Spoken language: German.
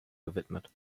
gewidmet